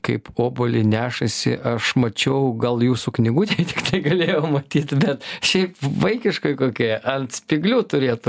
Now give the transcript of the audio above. kaip obuolį nešasi aš mačiau gal jūsų knygutėj tai galėjau matyt bet šiaip vaikiškoj kokioj ant spyglių turėtų